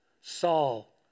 Saul